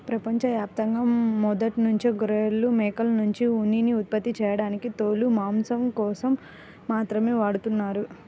ప్రపంచ యాప్తంగా మొదట్నుంచే గొర్రెలు, మేకల్నుంచి ఉన్ని ఉత్పత్తి చేయడానికి తోలు, మాంసం కోసం మాత్రమే వాడతన్నారు